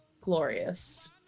glorious